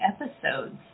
episodes